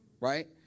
Right